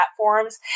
platforms